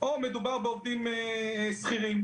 או שמדובר בעובדים שכירים.